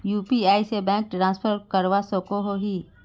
UPI से bank transfer करवा सकोहो ही?